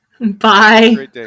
bye